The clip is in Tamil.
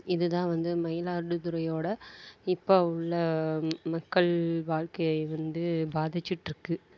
இதுதான் வந்து மயிலாடுதுறையோட இப்போ உள்ள மக்கள் வாழ்க்கை வந்து பாதிச்சிட்டுருக்கு